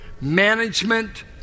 management